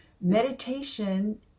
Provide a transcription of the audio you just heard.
Meditation